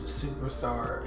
superstar